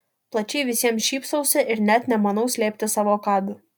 plačiai visiems šypsausi ir net nemanau slėpti savo kabių